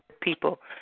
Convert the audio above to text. people